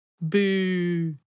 Boo